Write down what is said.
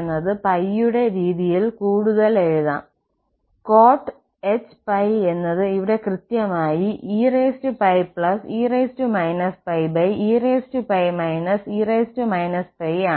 എന്നത് π യുടെ രീതിയിൽ കൂടുതൽ എഴുതാം cothπ എന്നത് ഇവിടെ കൃത്യമായി ee πe e π ആണ്